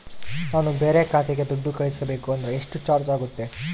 ನಾನು ಬೇರೆ ಖಾತೆಗೆ ದುಡ್ಡು ಕಳಿಸಬೇಕು ಅಂದ್ರ ಎಷ್ಟು ಚಾರ್ಜ್ ಆಗುತ್ತೆ?